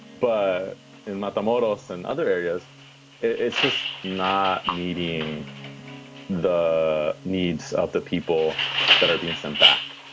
but and not the models and other areas it's just not meeting the needs of the people that are being sent back